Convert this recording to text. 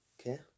Okay